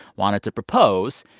wanted to propose,